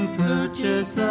purchase